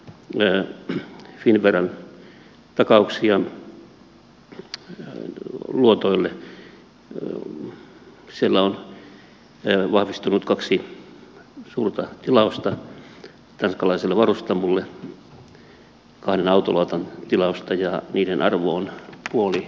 siellä on vahvistunut kaksi suurta tilausta tanskalaiselle varustamolle kahden autolautan tilaukset ja niiden arvo on puoli miljardia